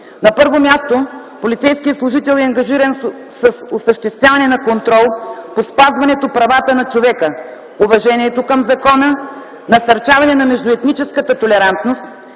На първо място, полицейският служител е ангажиран с осъществяване на контрол по спазване правата на човека, уважението към закона, насърчаване на междуетническата толерантност,